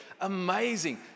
amazing